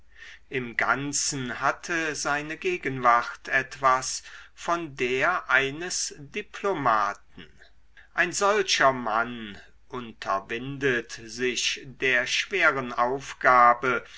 im ganzen hatte seine gegenwart etwas von der eines diplomaten ein solcher mann unterwindet sich der schweren aufgabe